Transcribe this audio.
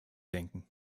denken